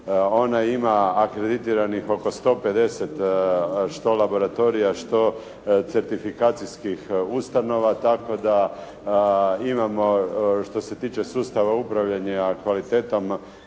Ona ima akreditiranih oko 150 što laboratorija, što certifikacijskih ustanova tako da imamo što se tiče sustava upravljanja kvalitetom